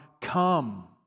come